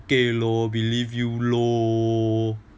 okay lor believe you loh